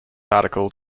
article